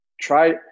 try